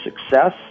success